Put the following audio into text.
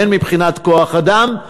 הן מבחינת כוח-אדם,